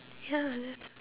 ya that's